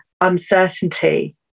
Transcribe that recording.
uncertainty